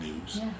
news